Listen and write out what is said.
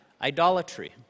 idolatry